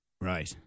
right